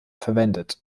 verwendet